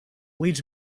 leads